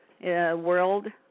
world